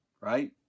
right